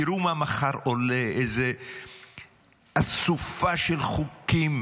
תראו מה מחר עולה, איזו אסופה של חוקים